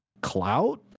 Clout